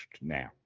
now